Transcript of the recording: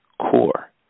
core